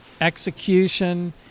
execution